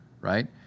right